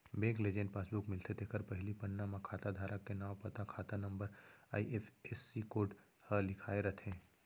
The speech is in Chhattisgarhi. बेंक ले जेन पासबुक मिलथे तेखर पहिली पन्ना म खाता धारक के नांव, पता, खाता नंबर, आई.एफ.एस.सी कोड ह लिखाए रथे